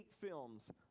films